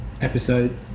episode